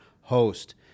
host